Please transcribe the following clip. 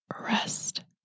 rest